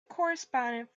correspondent